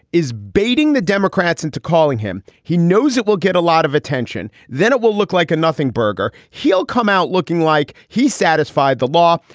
is baiting the democrats into calling him. he knows it will get a lot of attention. then it will look like a nothing burger. he'll come out looking like he satisfied the law,